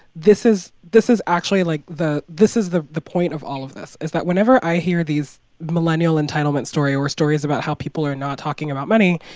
this is this is actually, like, the this is the the point of all of this, is that whenever i hear these millennial entitlement story or stories about how people are not talking about money,